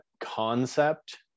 concept